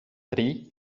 tri